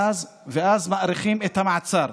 ואז מאריכים את המעצר.